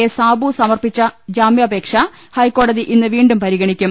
S Babu സമർപ്പിച്ച ജാമ്യാപേക്ഷ ഹൈക്കോ ടതി ഇന്ന് വീണ്ടും പരിഗണിക്കും